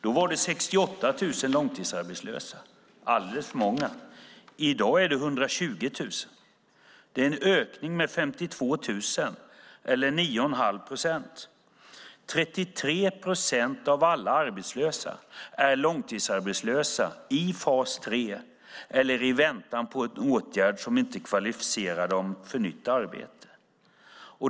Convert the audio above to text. Då var det 68 000 långtidsarbetslösa - alldeles för många. I dag är det 120 000. Det är en ökning med 52 000 eller 9 1⁄2 procent. 33 procent av alla arbetslösa är långtidsarbetslösa i fas 3 eller i väntan på en åtgärd som inte kvalificerar dem för ett nytt arbete.